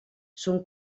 són